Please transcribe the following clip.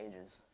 ages